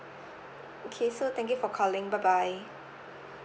okay so thank you for calling bye bye